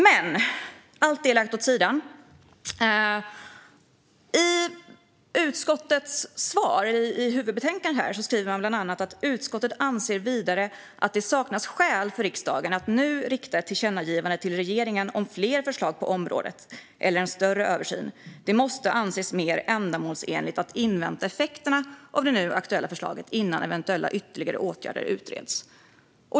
Men vi lägger allt det åt sidan. I utskottets svar, i huvudbetänkandet, skriver man bland annat följande: "Utskottet anser vidare att det saknas skäl för riksdagen att nu rikta ett tillkännagivande till regeringen om fler förslag på området eller en större översyn. Det måste anses mer ändamålsenligt att invänta effekterna av det nu aktuella förslaget innan eventuella ytterligare åtgärder utreds."